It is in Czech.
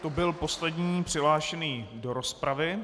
To byl poslední přihlášený do rozpravy.